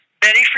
Betty